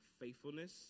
faithfulness